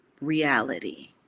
reality